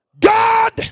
God